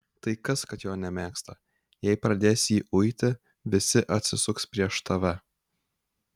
tai kas kad jo nemėgsta jei pradėsi jį uiti visi atsisuks prieš tave